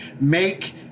make